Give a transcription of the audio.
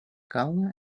kalną